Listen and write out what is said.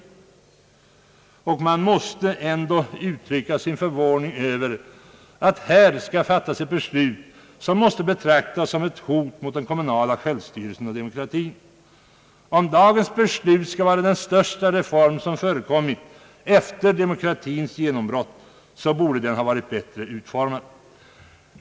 Då kan man inte underlåta att uttrycka sin förvåning över att här ändå skall fattas ett beslut som måste betraktas som ett hot mot: den kommunala självstyrelsen och demokratin. Om dagens beslut skall: vara den största retorm som förekommit efter demokratins : genombrott, så borde denna reform ha varit bättre utformad.